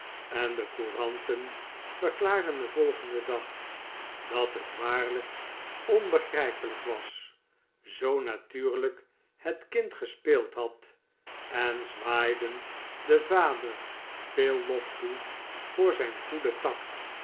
en de couranten verklaarden den volgenden dag dat het waarlijk onbegrijpelijk was zoo natuurlijk het kind gespeeld had en zwaaiden den vader veel lof toe voor zijn goeden tact